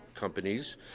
companies